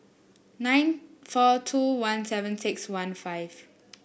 nine four two one seven six one five